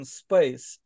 space